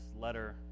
letter